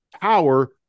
power